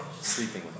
sleeping